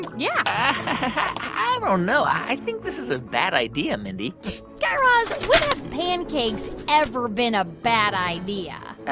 yeah i don't know. i think this is a bad idea, mindy guy raz, when have pancakes ever been a bad idea?